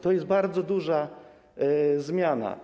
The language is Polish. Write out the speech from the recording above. To jest bardzo duża zmiana.